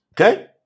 Okay